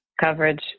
Coverage